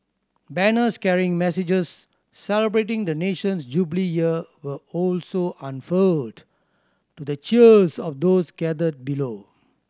banners carrying messages celebrating the nation's Jubilee Year were also unfurled to the cheers of those gathered below